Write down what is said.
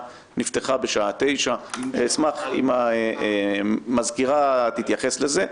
נפתחה בשעה 9:00. אשמח אם המזכירה תתייחס לזה.